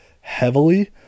heavily